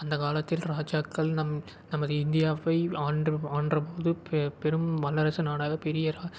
அந்த காலத்தில் ராஜாக்கள் நம் நமது இந்தியாவை ஆண்ட ஆண்டபோது பெ பெரும் வல்லரசு நாடாக பெரிய ரா